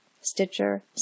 Stitcher